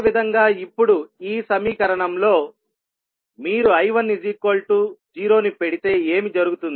అదేవిధంగా ఇప్పుడు ఈ సమీకరణంలో మీరు I10 ను పెడితే ఏమి జరుగుతుంది